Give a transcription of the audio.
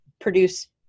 produce